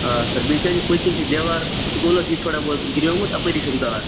آ سَر بیٚیہِ چھِنا یہِ پٔتۍ کِنۍ چھُ دیوار سکولَس دِتھ تھوڑا بہت گِریوٚمُت اَپٲرِی چھِ یِم ژَلان